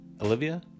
Olivia